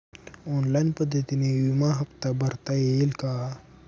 Online पद्धतीने विमा हफ्ता भरता येईल का?